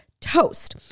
toast